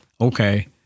okay